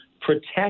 protect